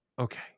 okay